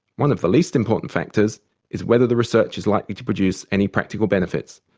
one of the least important factors is whether the research is likely to produce any practical benefits.